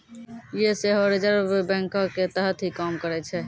यें सेहो रिजर्व बैंको के तहत ही काम करै छै